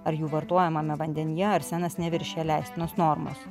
ar jų vartojamame vandenyje arsenas neviršija leistinos normos